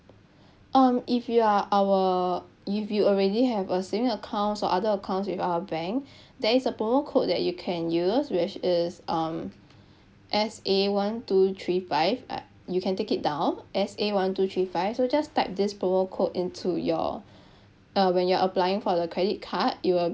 um if you are our if you already have a saving accounts or other accounts with our bank there is a promo code that you can use which is um S A one two three five uh you can take it down S A one two three five so just type this promo code into your uh when you're applying for the credit card it will